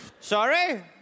Sorry